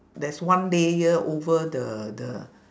there's one layer over the the